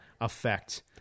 effect